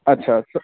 अच्छा सर